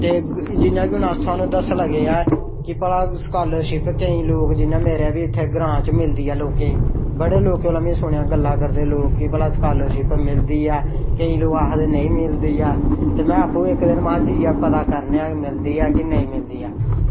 ते जिन्ने बी अस थुहानू दस्सन लगे ऐ कि स्कॉलरशिप केईं लोग जियां मेरे इत्थें ग्रांऽ च मिलदी ऐ लोकें ई बड़े लोकें दा में सुनेआ कि गल्लां करदे की असें स्कॉलरशिप मिलदी ऐ केईं लोग आखदे नेईं मिलदी ऐ ते में आपूं इक्क दिन महां पता करने आं की मिलदी ऐ की नेईं मिलदी ऐ